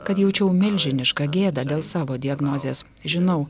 kad jaučiau milžinišką gėdą dėl savo diagnozės žinau